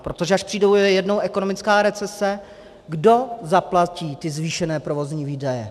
Protože až přijde jednou ekonomická recese, kdo zaplatí ty zvýšené provozní výdaje?